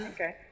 Okay